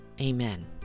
Amen